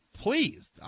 Please